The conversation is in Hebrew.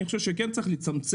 אני חושב שכן צריך לצמצם.